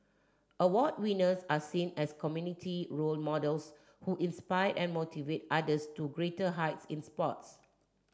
award winners are seen as community role models who inspire and motivate others to greater heights in sports